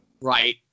Right